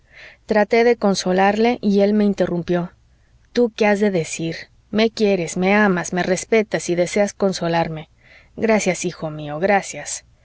traté de consolarle y él me interrumpió tú que has de decir me quieres me amas me respetas y deseas consolarme gracias hijo mío gracias